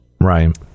Right